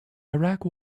iraq